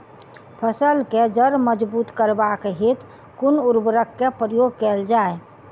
फसल केँ जड़ मजबूत करबाक हेतु कुन उर्वरक केँ प्रयोग कैल जाय?